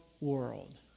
world